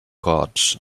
cards